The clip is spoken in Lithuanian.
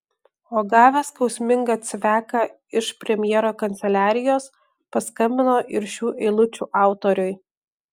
o gavęs skausmingą cveką iš premjero kanceliarijos paskambino ir šių eilučių autoriui